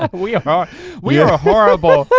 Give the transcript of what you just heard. um we are we are ah horrible.